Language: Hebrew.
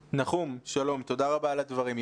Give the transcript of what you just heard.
נחום, תודה רבה על הדברים.